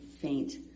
faint